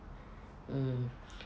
mm